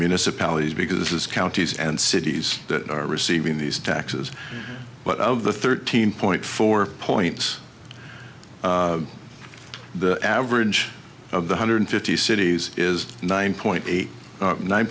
municipalities because this is counties and cities that are receiving these taxes but of the thirteen point four points the average of the hundred fifty cities is nine point eight nine